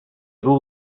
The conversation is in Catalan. duu